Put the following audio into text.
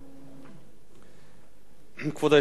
כבוד היושב-ראש, מכובדי השר, כנסת נכבדה,